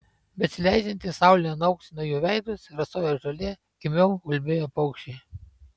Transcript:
besileidžianti saulė nuauksino jų veidus rasojo žolė kimiau ulbėjo paukščiai